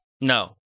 No